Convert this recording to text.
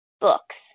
books